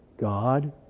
God